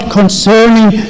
concerning